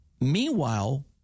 Meanwhile